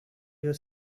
your